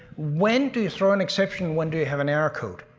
when do you throw an exception, when do you have an error code?